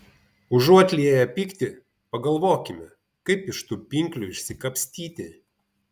užuot lieję pyktį pagalvokime kaip iš tų pinklių išsikapstyti